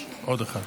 אותה במשפט